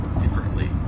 differently